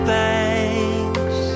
thanks